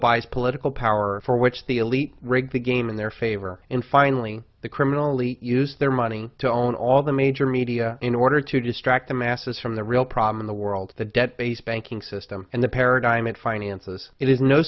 buys political power for which the elite rigged the game in their favor and finally the criminally use their money to own all the major media in order to distract the masses from the real problem in the world the debt based banking system and the paradigm of finances it is no